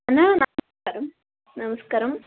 నమస్కారం నమస్కారం